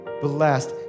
blessed